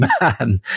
man